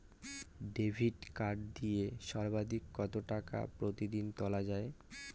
Debit card দিয়ে সর্বাধিক কত টাকা প্রতিদিন তোলা য়ায়?